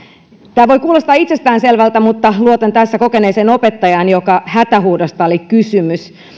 tämä voi kuulostaa itsestäänselvältä mutta luotan tässä kokeneeseen opettajaan jonka hätähuudosta oli kysymys